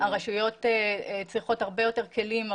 הרשויות צריכות הרבה יותר כלים,